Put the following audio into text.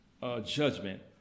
judgment